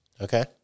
Okay